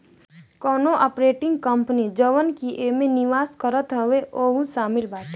अउरी operating company जवन की एमे निवेश करत हवे उहो शामिल बाटे